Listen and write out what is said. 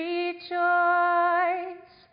Rejoice